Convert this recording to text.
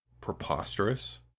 preposterous